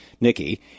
Nikki